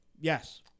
Yes